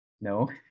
No